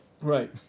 Right